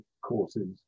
courses